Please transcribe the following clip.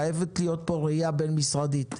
חייבת להיות פה ראייה בין משרדית,